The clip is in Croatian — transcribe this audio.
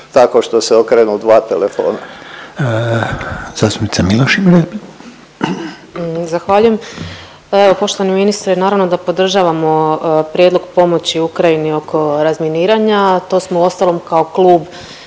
Miloš ima repliku. **Miloš, Jelena (Možemo!)** Zahvaljujem. Poštovani ministre naravno da podržavamo prijedlog pomoći Ukrajini oko razminiranja. To smo uostalom kao klub